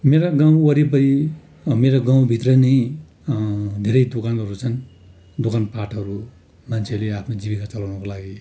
मेरा गाउँवरिपरि मेरो गाउँभित्र नै धेरै दोकानहरू छन् दोकानपाटहरू मान्छेले आफ्नो जीविका चलाउनुको लागि